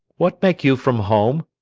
what make you from home?